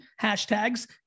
hashtags